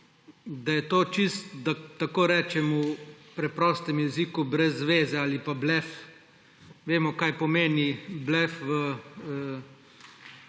da je to čisto, da tako rečem v preprostem jeziku, brez zveze ali pa blef. Vemo, kaj pomeni blef v